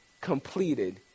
completed